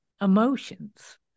emotions